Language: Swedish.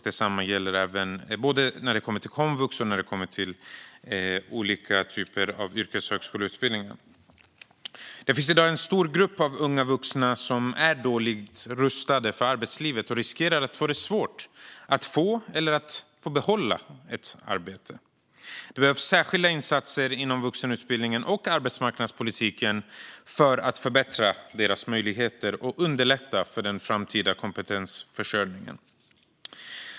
Detsamma gäller både komvux och olika typer av yrkeshögskoleutbildningar. Det finns i dag en stor grupp av unga vuxna som är dåligt rustade för arbetslivet och riskerar att få det svårt att få eller att få behålla ett arbete. Det behövs särskilda insatser inom vuxenutbildningen och arbetsmarknadspolitiken för att förbättra deras möjligheter och underlätta för den framtida kompetensförsörjningen.